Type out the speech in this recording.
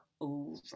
over